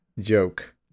joke